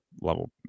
level